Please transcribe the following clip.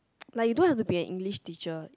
like you don't have to be an English teacher